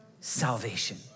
salvation